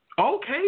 Okay